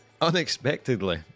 Unexpectedly